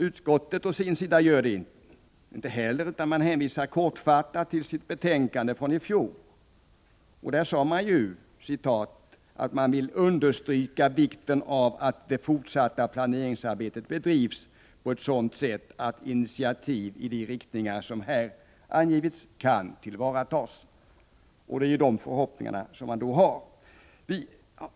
Utskottet å sin sida gör det inte heller utan hänvisar kortfattat till sitt betänkande från i fjol, då man ville ”understryka vikten av att det fortsatta planeringsarbetet bedrivs på ett sådant sätt att initiativ i de riktningar som här har angivits kan tillvaratas”. Det är ju de förhoppningarna man har.